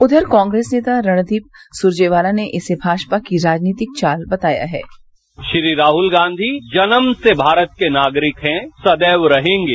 उधर कांग्रेस नेता रणदीप सुरजेवाला ने इसे भाजपा की राजनीतिक चाल बताया है श्री राहल गांधी जन्म से भारत के नागरिक हैं सदैव रहेंगे